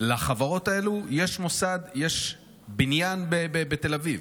לחברות האלו יש מוסד, יש בניין בתל אביב,